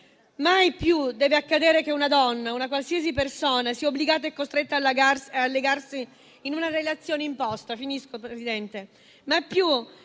Mai più deve accadere che una donna, una qualsiasi persona sia obbligata e costretta a legarsi in una relazione imposta. Mai più deve